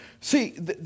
See